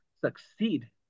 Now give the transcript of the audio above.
succeed